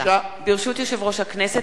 ברשות יושב-ראש הכנסת,